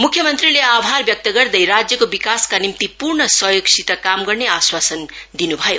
मुख्य मंत्रीले आभार व्यक्त गर्दै राज्यको विकासका निम्ति पूर्ण सहयोगसित काम गर्ने आश्वासन दिनु भयो